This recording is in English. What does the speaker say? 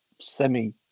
semi